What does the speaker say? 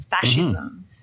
fascism